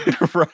Right